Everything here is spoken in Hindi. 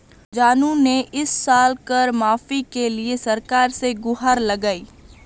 जानू ने इस साल कर माफी के लिए सरकार से गुहार लगाई